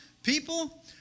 People